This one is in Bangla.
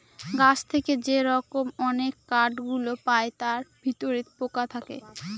গাছ থেকে যে রকম অনেক কাঠ গুলো পায় তার ভিতরে পোকা থাকে